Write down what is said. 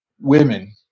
women